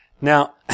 Now